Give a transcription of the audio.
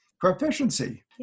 proficiency